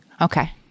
Okay